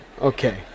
Okay